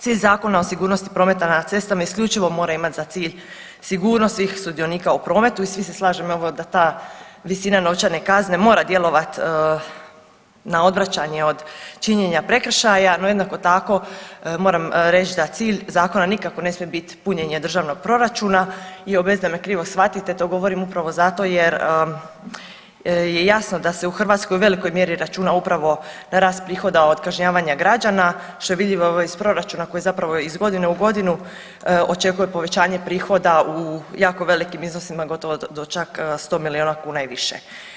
Cilj Zakona o sigurnosti prometa na cestama isključivo mora imat za cilj sigurnost svih sudionika u prometu i svi se slažemo evo da ta visina novčane kazne mora djelovat na odvraćanje od činjenja prekršaja, no jednako tako moramo reć da cilj zakona nikako ne smije bit punjenje državnog proračuna i bez da me krivo shvatite to govorim upravo zato jer je jasno da se u Hrvatskoj u velikoj mjeri računa upravo na rast prihoda od kažnjavanja građana, što je vidljivo evo iz proračuna koji zapravo iz godine u godinu očekuje povećanje prihoda u jako velikim iznosima gotovo do čak 100 milijuna kuna i više.